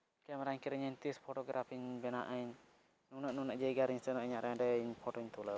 ᱠᱮᱢᱮᱨᱟᱧ ᱠᱤᱨᱤᱧᱟᱹᱧ ᱛᱤᱥ ᱯᱷᱚᱴᱳᱜᱨᱷᱟᱯᱤ ᱵᱮᱱᱟᱜ ᱤᱧ ᱱᱩᱱᱟᱹᱜ ᱱᱩᱱᱟᱹᱜ ᱡᱟᱭᱜᱟ ᱨᱤᱧ ᱥᱮᱱᱚᱜᱼᱟ ᱤᱧ ᱦᱟᱸᱰᱮ ᱱᱟᱸᱰᱮ ᱯᱷᱚᱴᱳᱧ ᱛᱩᱞᱟᱹᱣᱟ